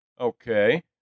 Okay